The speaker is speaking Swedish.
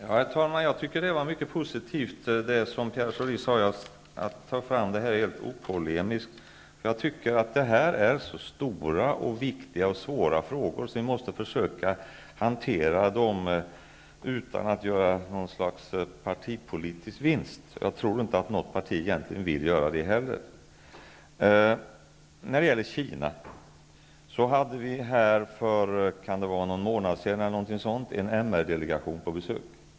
Herr talman! Jag tycker att det Pierre Schori sade om att man skall ta fram det här opolemiskt var mycket positivt. Det gäller så stora, viktiga och svåra frågor att vi måste försöka hantera dem utan att göra något slags partipolitisk vinst. Jag tror inte heller att något parti egentligen vill göra det. När det gäller Kina hade vi för drygt en månad sedan en MR-delegation på besök.